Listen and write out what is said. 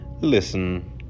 Listen